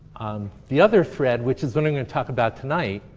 the other thread, which is what i'm going to talk about tonight,